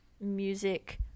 music